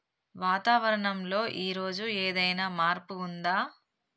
వాతావరణం లో ఈ రోజు ఏదైనా మార్పు ఉందా?